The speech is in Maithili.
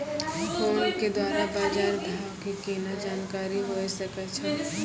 फोन के द्वारा बाज़ार भाव के केना जानकारी होय सकै छौ?